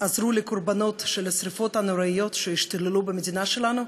עזרו לקורבנות של השרפות הנוראיות שהשתוללו במדינה שלנו,